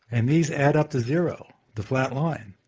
and these add up to zero the flatline.